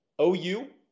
OU